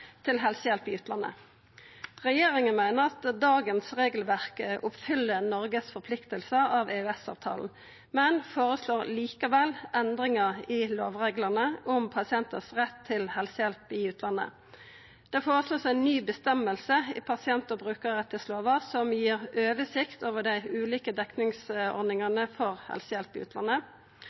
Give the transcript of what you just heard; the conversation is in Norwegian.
til helsehjelp i utlandet. Regjeringa meiner at dagens regelverk oppfyller Noregs forpliktingar etter EØS-avtalen, men føreslår likevel endringar i lovreglane om pasientar sin rett til helsehjelp i utlandet. Det vert føreslått ei ny føresegn i pasient- og brukarrettslova som gir oversikt over dei ulike dekningsordningane for helsehjelp i utlandet.